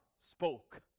spoke